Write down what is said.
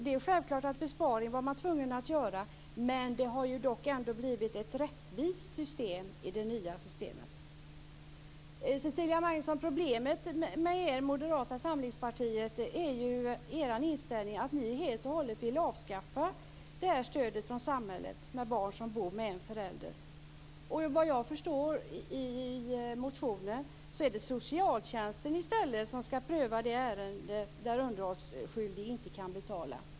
Det är självklart att man var tvungen att göra en besparing, men det nya systemet har ändock blivit ett rättvist system. Cecilia Magnusson, problemet med Moderata samlingspartiet är ju er inställning att ni helt och hållet vill avskaffa stödet från samhället till barn som bor med en förälder. Såvitt jag förstår av motionen är det socialtjänsten som i stället skall pröva det ärende där en underhållsskyldig inte kan betala.